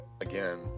Again